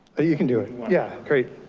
ah you can do it, yeah great.